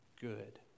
good